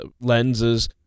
lenses